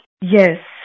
Yes